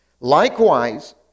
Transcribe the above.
Likewise